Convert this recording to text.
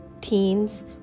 teens